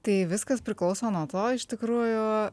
tai viskas priklauso nuo to iš tikrųjų